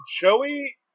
Joey